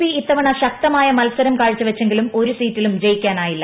P ഇത്തവണ ശക്തമായ മത്സരം കാഴ്ചവച്ചെങ്കിലും ഒരു സീറ്റിലും ജയിക്കാനായില്ല